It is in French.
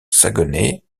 saguenay